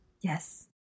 Yes